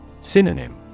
Synonym